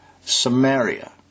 Samaria